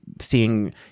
seeing